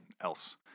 else